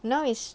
now is